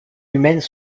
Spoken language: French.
humaines